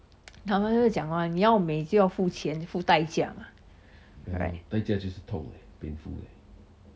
他们就是讲吗你要美就要付钱付代价 right